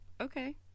Okay